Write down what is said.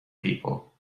people